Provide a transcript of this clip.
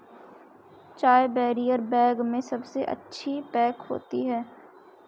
चाय barrier bag में सबसे अच्छी पैक होती है